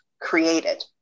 created